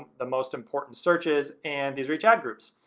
the most important searches, and these reach ad groups.